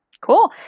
Cool